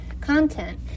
content